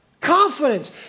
Confidence